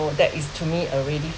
that is to me a really